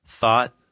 thought